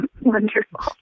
Wonderful